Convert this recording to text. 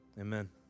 Amen